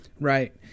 Right